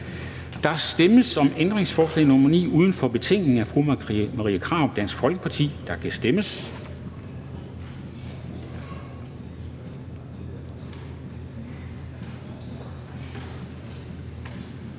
Der stemmes om ændringsforslag nr. 9 uden for betænkningen af Marie Krarup (DF), og der kan stemmes.